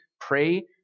pray